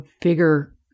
bigger